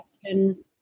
question